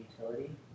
utility